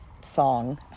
song